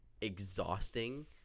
exhausting